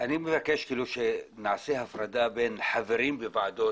אני מבקש שנעשה הפרדה בין חברים בוועדות